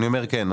אני אומר כן.